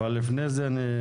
לפני כן,